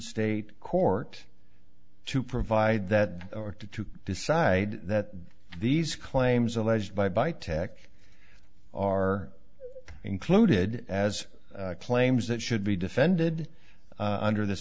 state court to provide that or to decide that these claims alleged by by tac are included as claims that should be defended under this